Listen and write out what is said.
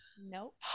Nope